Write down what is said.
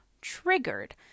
triggered